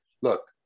Look